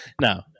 No